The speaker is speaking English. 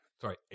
Sorry